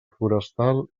forestal